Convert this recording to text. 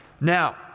now